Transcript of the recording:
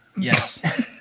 Yes